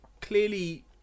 clearly